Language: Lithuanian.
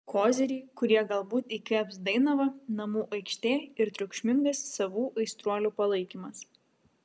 koziriai kurie galbūt įkvėps dainavą namų aikštė ir triukšmingas savų aistruolių palaikymas